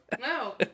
No